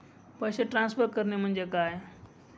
पैसे ट्रान्सफर करणे म्हणजे काय?